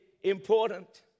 important